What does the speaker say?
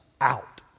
out